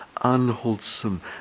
unwholesome